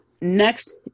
Next